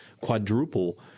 quadruple